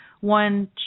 one